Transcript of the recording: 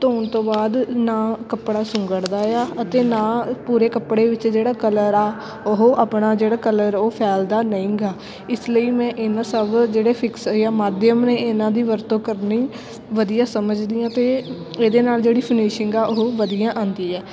ਧੋਣ ਤੋਂ ਬਾਅਦ ਨਾ ਕੱਪੜਾ ਸੁੰਗੜਦਾ ਆ ਅਤੇ ਨਾ ਪੂਰੇ ਕੱਪੜੇ ਵਿੱਚ ਜਿਹੜਾ ਕਲਰ ਆ ਉਹ ਆਪਣਾ ਜਿਹੜਾ ਕਲਰ ਉਹ ਫੈਲਦਾ ਨਹੀਂ ਗਾ ਇਸ ਲਈ ਮੈਂ ਇਹਨਾਂ ਸਭ ਜਿਹੜੇ ਫਿਕਸ ਜਾਂ ਮਾਧਿਅਮ ਨੇ ਇਹਨਾਂ ਦੀ ਵਰਤੋਂ ਕਰਨੀ ਵਧੀਆ ਸਮਝਦੀ ਹਾਂ ਅਤੇ ਇਹਦੇ ਨਾਲ ਜਿਹੜੀ ਫਿਨਿਸ਼ਿੰਗ ਆ ਉਹ ਵਧੀਆ ਆਉਂਦੀ ਆ